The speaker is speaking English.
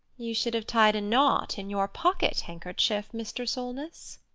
you should have tied a knot in your pocket-handkerchief, mr. solness.